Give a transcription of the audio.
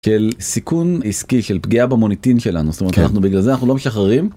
של סיכון עסקי, של פגיעה במוניטין שלנו. זאת אומרת, אנחנו, בגלל זה אנחנו לא משחררים.